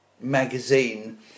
magazine